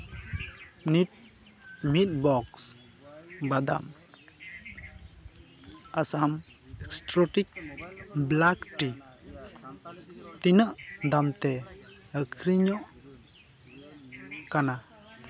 ᱱᱤᱛ ᱢᱤᱫ ᱵᱚᱠᱥ ᱵᱟᱫᱟᱢ ᱟᱥᱟᱢ ᱥᱴᱨᱩᱴᱤᱠ ᱵᱞᱚᱠ ᱴᱤ ᱛᱤᱱᱟᱹᱜ ᱫᱟᱢ ᱛᱮ ᱟᱹᱠᱷᱨᱤᱧᱚᱜ ᱠᱟᱱᱟ